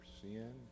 sin